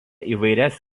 įvairias